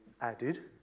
added